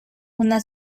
una